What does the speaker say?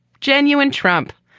genuine trump.